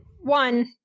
One